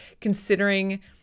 considering